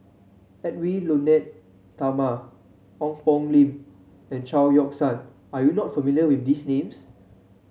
Edwy Lyonet Talma Ong Poh Lim and Chao Yoke San are you not familiar with these names